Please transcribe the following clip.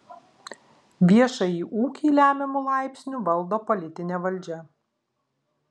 viešąjį ūkį lemiamu laipsniu valdo politinė valdžia